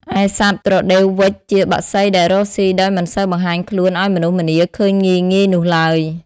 ឯសត្វត្រដេវវ៉ិចជាបក្សីដែលរកស៊ីដោយមិនសូវបង្ហាញខ្លួនឱ្យមនុស្សម្នាឃើញងាយៗនោះឡើយ។